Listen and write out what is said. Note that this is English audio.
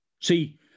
See